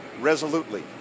resolutely